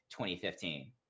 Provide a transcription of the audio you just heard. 2015